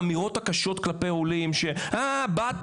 האמירות הקשות כלפי עולים של "באתם,